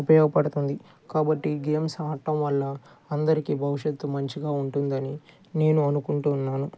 ఉపయోగపడుతుంది కాబట్టి ఈ గేమ్స్ ఆడటం వల్ల అందరికీ భవిష్యత్తు మంచిగా ఉంటుందని నేను అనుకుంటున్నాను